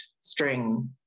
string